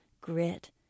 grit